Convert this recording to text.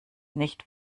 nicht